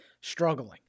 struggling